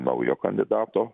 naujo kandidato